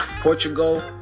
Portugal